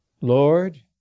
Lord